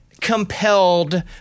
compelled